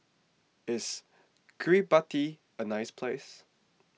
is Kiribati a nice place